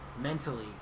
mentally